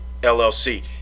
LLC